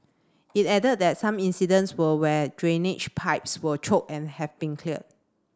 it added that some incidents were where drainage pipes were choked and have been cleared